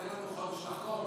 תן לנו חודש לחקור,